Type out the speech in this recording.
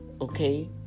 okay